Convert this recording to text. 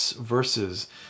verses